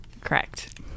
Correct